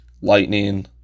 Lightning